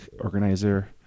organizer